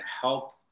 help